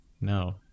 No